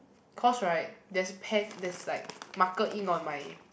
cause right there's pen there's like marker ink on my